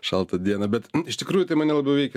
šaltą dieną bet iš tikrųjų tai mane labiau veikia